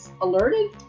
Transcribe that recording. alerted